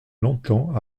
longtemps